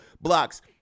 blocks